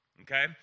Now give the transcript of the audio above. okay